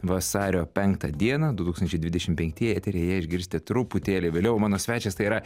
vasario penktą dieną du tūkstančiai dvidešimt penktieji eteryje išgirsite truputėlį vėliau o mano svečias tai yra